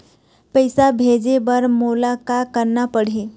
पैसा भेजे बर मोला का करना पड़ही?